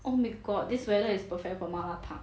oh my god this weather is perfect for 麻辣汤